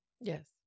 Yes